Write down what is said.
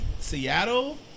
Seattle